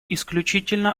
исключительно